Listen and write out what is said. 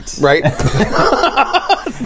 right